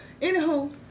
Anywho